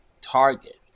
target